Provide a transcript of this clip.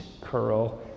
curl